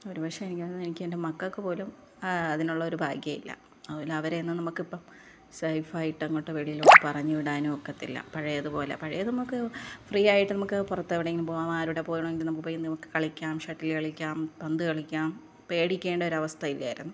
ഒരു പക്ഷേ എനിക്ക് അന്ന് എൻ്റെ മക്കൾക്ക് പോലും ആ അതിനുള്ളൊരു ഭാഗ്യമില്ല അതുപോലെ അവരെയൊന്നും നമുക്കിപ്പം സേഫായിട്ടങ്ങോട്ട് വെളിയിലേക്ക് പറഞ്ഞു വിടാനും ഒക്കത്തില്ല പഴയതുപോലെ പഴയത് നമുക്ക് ഫ്രീയായിട്ട് നമുക്ക് പൊറത്തെവിടെങ്കിലും പോവാം ആരുടെ ഒപ്പം വേണങ്കിലും നമുക്ക് പോയി നമുക്ക് കളിക്കാം ഷട്ടില് കളിക്കാം പന്ത് കളിക്കാം പേടിക്കേണ്ട ഒരവസ്ഥ ഇല്ലായിരുന്നു